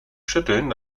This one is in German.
schütteln